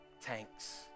tanks